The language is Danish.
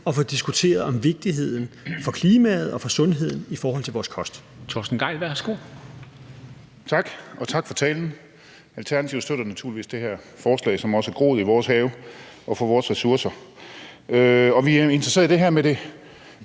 at få diskuteret vigtigheden for klimaet og for sundheden i forhold til vores kost.